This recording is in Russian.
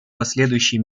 последующие